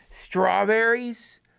Strawberries